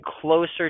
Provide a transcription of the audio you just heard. closer